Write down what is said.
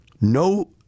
no